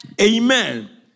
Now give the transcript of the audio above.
Amen